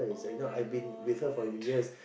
[oh]-my-god